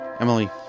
Emily